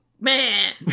Man